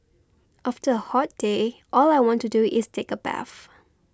after a hot day all I want to do is take a bath